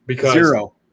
Zero